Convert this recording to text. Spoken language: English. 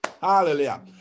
Hallelujah